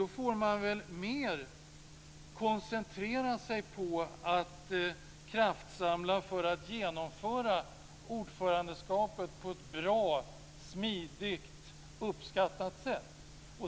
Man får då mer koncentrera sig på att kraftsamla för att genomföra ordförandeskapet på ett bra, smidigt och uppskattat sätt.